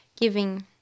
giving